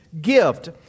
gift